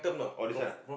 oh this one